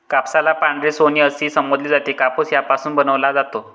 कापसाला पांढरे सोने असेही संबोधले जाते, कापूस यापासून बनवला जातो